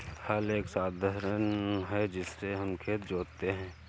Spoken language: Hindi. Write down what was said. हल एक साधन है जिससे हम खेत जोतते है